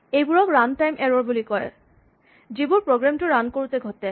এইবোৰক run time এৰ'ৰ বুলি কয় যিবোৰ প্ৰগ্ৰেম টো ৰান কৰোঁতে ঘটে